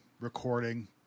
recording